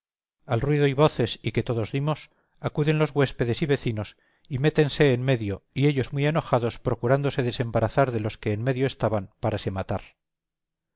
al ruido y voces y que todos dimos acuden los huéspedes y vecinos y métense en medio y ellos muy enojados procurándose desembarazar de los que en medio estaban para